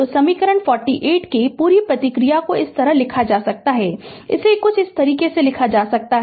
तो समीकरण 48 की पूरी प्रतिक्रिया को इस तरह लिखा जा सकता है इसे कुछ इस तरह लिखा जा सकता है